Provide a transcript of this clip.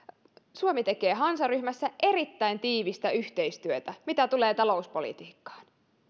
suomi tekee hansaryhmässä erittäin tiivistä yhteistyötä mitä tulee talouspolitiikkaan